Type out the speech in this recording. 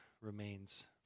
remains